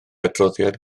adroddiad